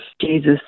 Jesus